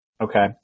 Okay